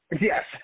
Yes